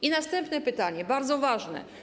I następne pytanie, bardzo ważne.